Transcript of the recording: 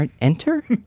Enter